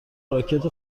راکت